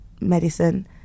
medicine